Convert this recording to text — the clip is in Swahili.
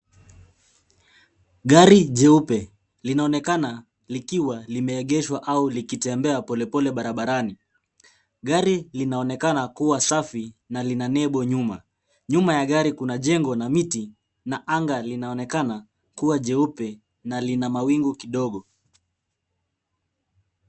Gari jeupe linaonekana likiwa limeegeshwa au likitembea polepole barabarani. Gari linaonekana kuwa safi na lina nembo nyuma. Nyuma ya gari kuna jengo na miti na anga linaonekana kuwa jeupe na lina mawingu kidogo.